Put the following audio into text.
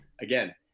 again